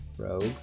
Rogue